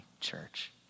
church